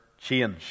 change